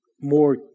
more